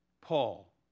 Paul